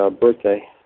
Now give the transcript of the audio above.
birthday